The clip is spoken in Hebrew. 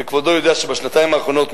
וכבודו יודע שבשנתיים האחרונות,